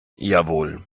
jawohl